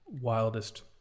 wildest